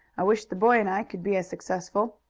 i wish the boy and i could be as successful.